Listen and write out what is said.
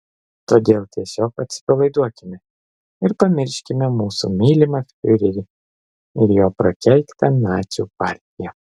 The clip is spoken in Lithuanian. todėl tiesiog atsipalaiduokime ir pamirškime mūsų mylimą fiurerį ir jo prakeiktą nacių partiją